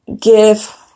give